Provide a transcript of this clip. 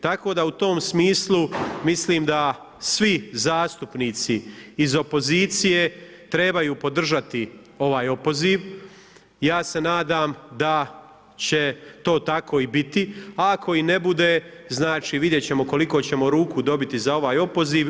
Tako da u tom smislu mislim da svi zastupnici iz opozicije trebaju podržati ovaj opoziv, ja se nadam da će to tako i biti, a ako i ne bude, znači vidjet ćemo koliko ćemo ruku dobiti za ovaj opoziv.